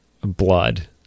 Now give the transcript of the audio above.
blood